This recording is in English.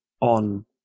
on